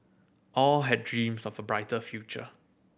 all had dreams of a brighter future